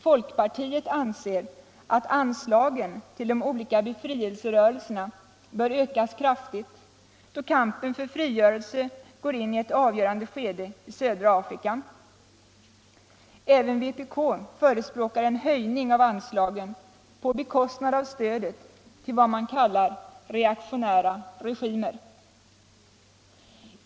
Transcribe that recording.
Folkpartiet anser att anslagen till de olika befrielserörelserna bör ökas kraftigt, då kampen för frigörelse går in i ett avgörande skede i södra Afrika. Även vpk förespråkar en höjning av anslagen, på bekostnad av stödet till vad man kallar reaktionära regimer.